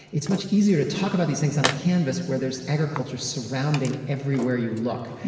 it's much easier to talk about these things on a canvas where there's agriculture surrounding everywhere you look.